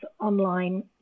online